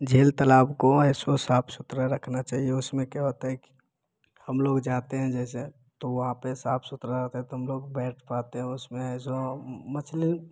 झील तालाब को ऐसे साफ़ सुथरा रखना चाहिए उसमें क्या होता है कि हम लोग जाते हैं जैसे तो वहाँ पर साफ़ सुथरा होता तो हम लोग बैठ है पाते उसमें जो मछली